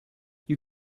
you